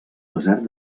desert